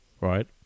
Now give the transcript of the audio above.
right